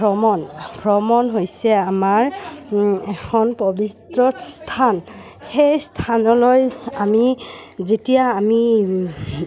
ভ্ৰমণ ভ্ৰমণ হৈছে আমাৰ এখন পৱিত্ৰ স্থান সেই স্থানলৈ আমি যেতিয়া আমি